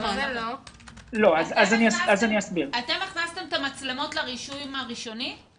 אתם הכנסתם את המצלמות לרישוי הראשוני?